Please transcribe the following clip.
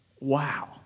Wow